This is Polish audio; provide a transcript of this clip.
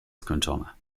skończone